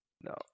No